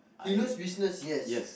he knows business yes